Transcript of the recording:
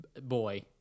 boy